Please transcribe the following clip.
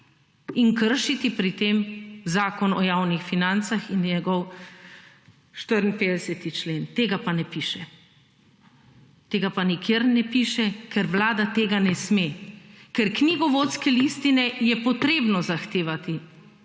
in kršiti pri tem zakon o javnih financah in njegov 54 člen. Tega pa ne piše. Tega pa nikjer ne piše, ker vlada tega ne sme. Ker knjigovodske listine je potrebno zahtevati.